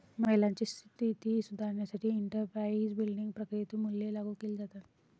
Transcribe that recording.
महिलांची स्थिती सुधारण्यासाठी एंटरप्राइझ बिल्डिंग प्रक्रियेतून मूल्ये लागू केली जातात